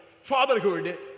fatherhood